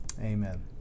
Amen